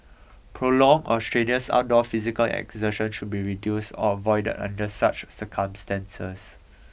prolonged or strenuous outdoor physical exertion should be reduced or avoided under such circumstances